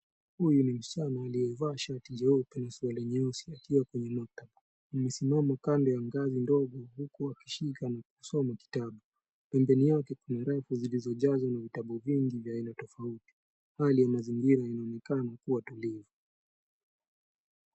Huyu ni msichana aliyevaa shati jeupe na suruali nyeusi akiwa kwenye maktaba. Amesimama kando ya ngazi ndogo ,huku akishika na kusoma kitabu. Pembeni yake Kuna rafu zilizojazwa na vitabu vingi vya aina tofauti. Hali ya mazingira inaonekana kuwa tulivu .